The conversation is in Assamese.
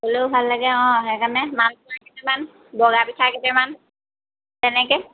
দিবলৈও ভাল লাগে সেইকাৰণে মাল পূৰা কেইটামান বগা পিঠা কেইটামান তেনেকে